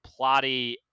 plotty